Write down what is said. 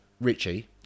Richie